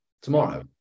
tomorrow